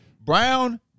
Brown